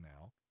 now